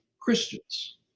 Christians